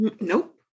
Nope